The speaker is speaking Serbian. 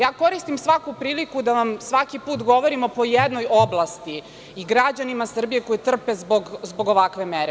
Ja koristim svaku priliku da vam svaki put govorim o po jednoj oblasti i građanima Srbije koji trpe zbog ovakve mere.